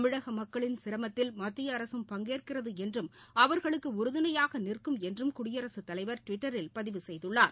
தமிழகமக்களின் சிரமத்தில் மத்திய அரசும் பங்கேற்கிறதுஎன்றும் அவர்களுக்குஉறுதுணையாகநிற்கும் என்றும் குடியரசுத் தலைவர் டுவிட்டரில் பதவிசெய்துள்ளார்